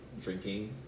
drinking